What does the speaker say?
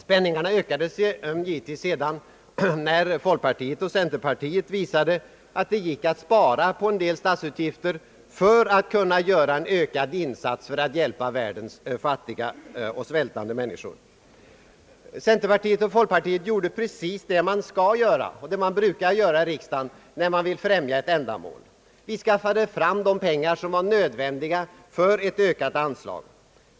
Spänningarna ökade givetvis sedan när folkpartiet och centern visade att det gick att spara in på en del statsutgifter för att kunna göra en ökad insats och hjälpa världens fattiga och svältande människor. Centerpartiet och folkpartiet gjorde exakt det man skall och brukar göra i riksdagen när man vill främja ett ändamål: Vi skaffade fram de pengar som är nödvändiga för ett ökat anslag.